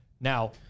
now